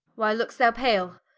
why look'st thou pale?